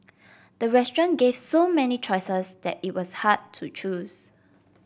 the restaurant gave so many choices that it was hard to choose